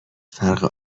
فرق